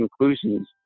conclusions